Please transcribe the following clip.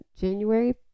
January